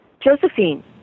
Josephine